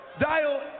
dial